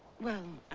well.